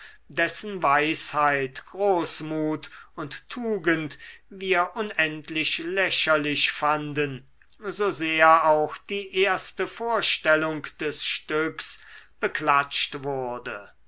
dessen weisheit großmut und tugend wir unendlich lächerlich fanden so sehr auch die erste vorstellung des stücks beklatscht wurde